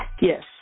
Yes